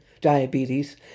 Diabetes